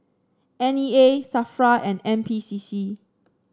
N E A Safra and N P C C